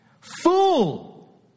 Fool